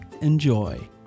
enjoy